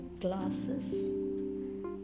glasses